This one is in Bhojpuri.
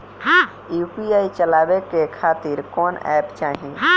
यू.पी.आई चलवाए के खातिर कौन एप चाहीं?